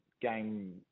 game